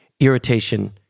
irritation